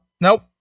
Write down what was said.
Nope